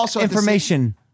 information